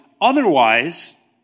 Otherwise